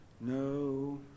no